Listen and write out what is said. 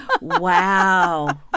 Wow